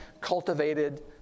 cultivated